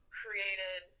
created